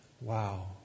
wow